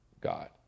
God